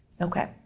Okay